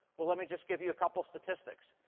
well, let me just give you a couple of statistics.